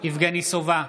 יבגני סובה,